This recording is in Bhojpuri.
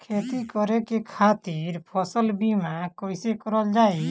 खेती करे के खातीर फसल बीमा कईसे कइल जाए?